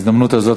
בהזדמנות הזאת,